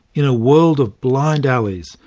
in a world of blind alleys,